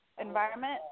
environment